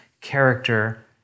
character